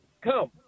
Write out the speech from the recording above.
come